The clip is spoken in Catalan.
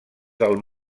del